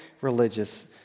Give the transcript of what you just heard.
religious